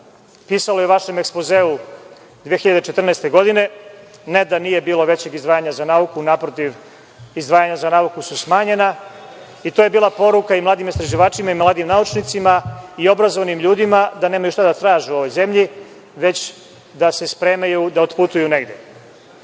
pisalo u vašem ekspozeu 2014. godine. Ne da nije bilo većih izdvajanja za nauku. Naprotiv, izdvajanja za nauku su smanjena i to je bila poruka mladim istraživačima, naučnicima i obrazovanim ljudima da nemaju šta da traže u ovoj zemlji, već da se spremaju da otputuju negde